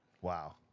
Wow